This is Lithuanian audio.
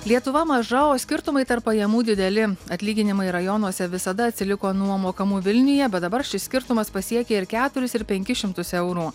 lietuva maža o skirtumai tarp pajamų dideli atlyginimai rajonuose visada atsiliko nuo mokamų vilniuje bet dabar šis skirtumas pasiekė ir keturis ir penkis šimtus eurų